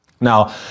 Now